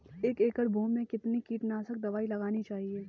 एक एकड़ भूमि में कितनी कीटनाशक दबाई लगानी चाहिए?